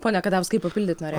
pone katauskai papildyt norėjo